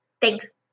Thanks